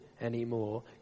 anymore